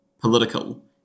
political